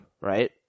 right